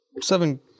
seven